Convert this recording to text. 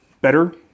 better